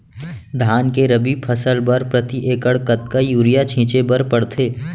धान के रबि फसल बर प्रति एकड़ कतका यूरिया छिंचे बर पड़थे?